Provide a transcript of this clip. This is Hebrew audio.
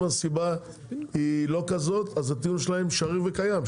אם הסיבה היא לא כזאת אז הטיעון שלהם שריר וקיים,